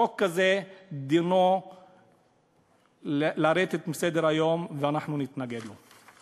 חוק כזה, דינו לרדת מסדר-היום, ואנחנו נתנגד לו.